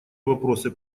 вопросы